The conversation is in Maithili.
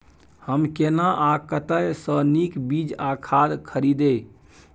हम केना आ कतय स नीक बीज आ खाद खरीदे?